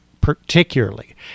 particularly